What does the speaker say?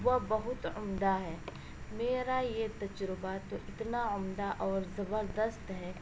وہ بہت عمدہ ہے میرا یہ تجربہ تو اتنا عمدہ اور زبردست ہے